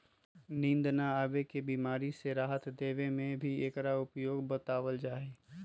नींद न आवे के बीमारी से राहत देवे में भी एकरा उपयोग बतलावल जाहई